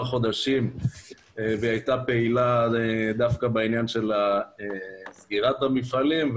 חודשים והייתה פעילה דווקא בעניין של סגירת הפעלים.